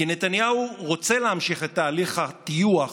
כי נתניהו רוצה להמשיך את תהליך הטיוח